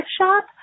shop